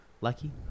lucky